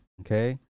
Okay